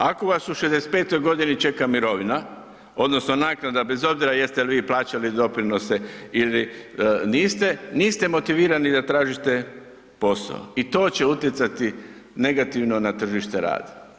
Ako vas u 65.g. čeka mirovina odnosno naknada bez obzira jeste li vi plaćali doprinose ili niste, niste motivirani da tražite posao i to će utjecati negativno na tržište rada.